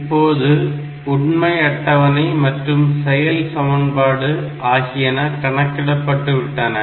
இப்போது உண்மை அட்டவணை மற்றும் செயல் சமன்பாடு ஆகியன கணக்கிடப்பட்டு விட்டன